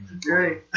Great